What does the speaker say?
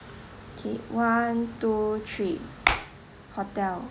K one two three hotel